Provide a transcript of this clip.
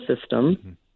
system